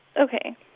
Okay